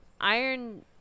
Iron